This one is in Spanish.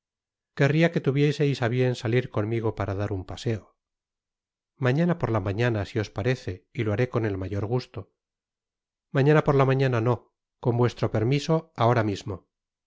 querria que tuvieseis á bien salir conmigo para dar un paseo mañana por la mañana si os parece y lo haré con el mayor gusto mañana por la mañana nó con vuestro permiso ahora mismo